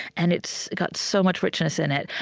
and it's got so much richness in it.